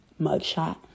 mugshot